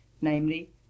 namely